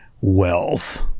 wealth